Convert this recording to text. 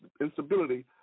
instability